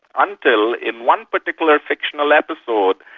until, in one particular fictional episode,